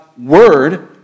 word